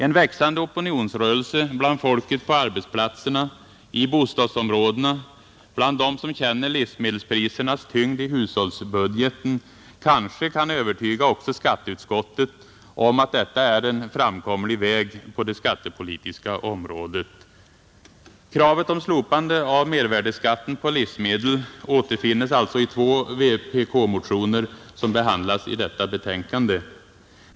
En växande opinionsrörelse bland folket på arbetsplatserna och i bostadsområdena — bland dem som känner livsmedelsprisernas tyngd i hushållsbudgeten — kanske kan övertyga också skatteutskottet om att detta är en framkomlig väg på det skattepolitiska området. Kravet om slopande av mervärdeskatten på livsmedel återfinnes alltså i två vpk-motioner som behandlas i detta betänkande.